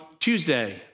Tuesday